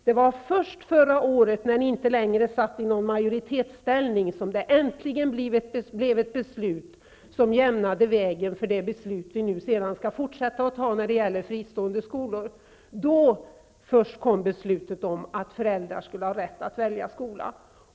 Det var först förra året, när Socialdemokraterna inte längre befann sig i majoritetsställning, som det äntligen blev ett beslut som jämnade vägen för det beslut vi nu skall fatta om fristående skolor. Först då kom beslutet om att föräldrar skulle ha rätt att välja skola.